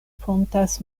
fontas